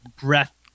breath